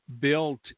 built